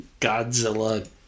Godzilla